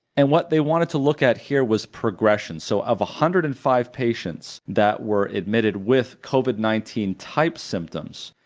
and what they wanted to look at here was progression. so of one hundred and five patients that were admitted with covid nineteen type symptoms,